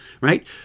right